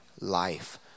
life